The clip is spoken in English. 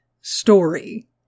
story